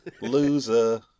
Loser